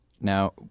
Now